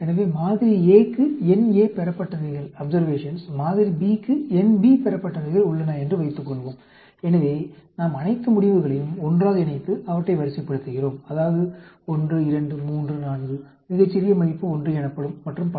எனவே மாதிரி A க்கு n A பெறப்பட்டவைகள் மாதிரி B க்கு nB பெறப்பட்டவைகள் உள்ளன என்று வைத்துக்கொள்வோம் எனவே நாம் அனைத்து முடிவுகளையும் ஒன்றாக இணைத்து அவற்றை வரிசைப்படுத்துகிறோம் அதாவது 1 2 3 4 மிகச்சிறிய மதிப்பு 1 எனப்படும் மற்றும் பல